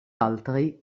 altri